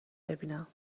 ببینم